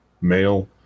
male